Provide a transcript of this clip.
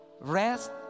rest